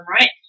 right